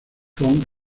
von